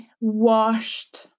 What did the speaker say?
washed